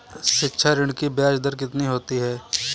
शिक्षा ऋण की ब्याज दर कितनी होती है?